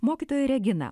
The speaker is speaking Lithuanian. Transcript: mokytoja regina